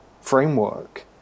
framework